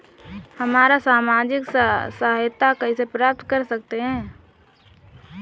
हम सामाजिक सहायता कैसे प्राप्त कर सकते हैं?